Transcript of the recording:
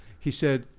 he said,